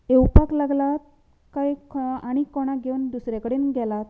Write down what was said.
येवपाक लागल्यात काय खंय आनी कोणाक घेवन दुसरे कडेन गेलात